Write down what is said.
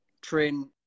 train